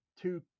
two